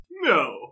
No